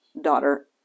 daughter